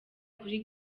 kuri